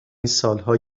سالها